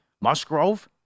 Musgrove